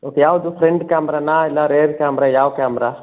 okay ಯಾವುದು front ಕ್ಯಾಮ್ರನಾ ಇಲ್ಲ ರೇರ್ ಕ್ಯಾಮ್ರ ಯಾವ ಕ್ಯಾಮ್ರ